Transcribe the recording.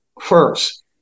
first